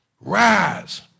rise